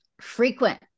frequent